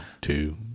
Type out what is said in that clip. two